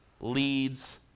leads